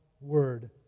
word